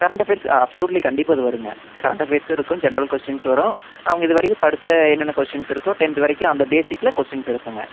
current affairs absolutely கண்டிப்பாக அது வருங்க கரெண்ட் அஃபேர்ஸும் இருக்கும் ஜென்ரல் கொஷ்டின்ஸ் வரும் அவங்க இது வரைக்கும் படித்த என்னென்ன கொஷ்டின்ஸ் இருக்கோ டென்த்து வரைக்கும் அந்த பேசிக்கில் கொஷ்டின்ஸ் எடுப்பேங்க